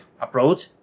approach